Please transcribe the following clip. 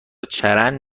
چرند